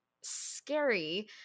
scary